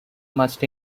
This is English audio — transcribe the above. must